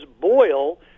Boyle